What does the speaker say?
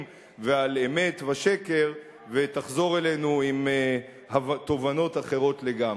ועל אמת ושקר ותחזור אלינו עם תובנות אחרות לגמרי.